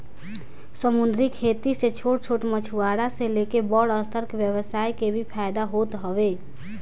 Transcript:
समंदरी खेती से छोट छोट मछुआरा से लेके बड़ स्तर के व्यवसाय के भी फायदा होत हवे